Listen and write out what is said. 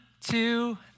two